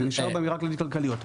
זה נשאר באמירה כללית על כלליות.